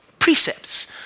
precepts